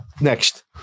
Next